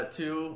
two